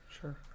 sure